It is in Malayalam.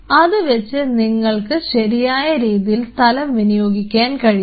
അതുവെച്ച് നിങ്ങൾക്ക് ശരിയായ രീതിയിൽ സ്ഥലം വിനിയോഗിക്കാൻ കഴിയും